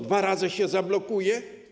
Dwa razy się zablokuje?